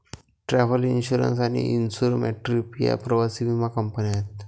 travel insurance आणि insure my trip या प्रवासी विमा कंपन्या आहेत